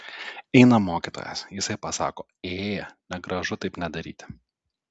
eina mokytojas jisai pasako ė negražu taip nedaryti